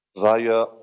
via